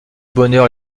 bonheur